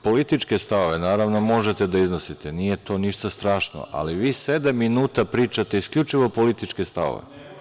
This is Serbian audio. Političke stavove, naravno, možete da iznosite, nije to ništa strašno, ali vi sedam minuta pričate isključivo političke stavove.